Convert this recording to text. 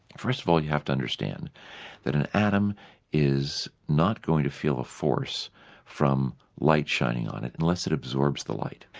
first of all you have to understand that an atom is not going to feel a force from light shining on it unless it absorbs the light,